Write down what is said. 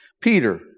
Peter